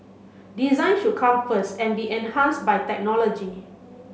design should come first and be enhanced by technology